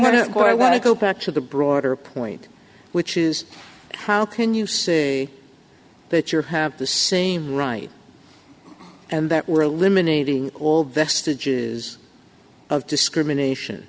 go i want to go back to the broader point which is how can you say that your have the same right and that we're eliminating all vestiges of discrimination